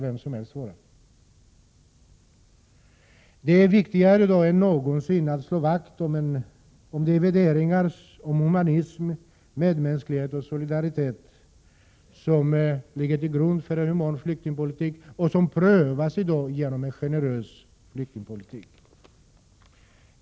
I dag är det viktigare än någonsin att slå vakt om de värderingar av humanism, medmänsklighet och solidaritet som ligger till grund för en human flyktingpolitik och som i dag prövas genom en generös flyktingpolitik.